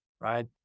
right